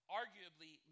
arguably